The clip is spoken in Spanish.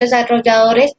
desarrolladores